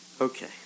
okay